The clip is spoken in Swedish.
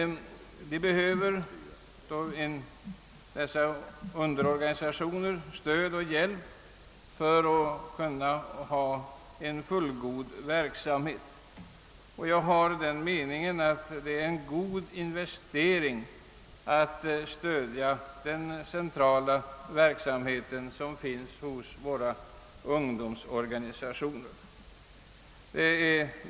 Dessa underorganisationer behöver stöd och hjälp för att kunna utöva en fullgod verksamhet. Enligt min mening är det en god investering att stödja den centrala verksamheten hos våra ungdomsorganisationer.